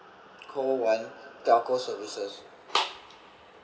call one telco services